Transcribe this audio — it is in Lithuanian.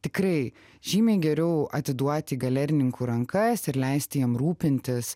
tikrai žymiai geriau atiduoti galerininkų rankas ir leisti jam rūpintis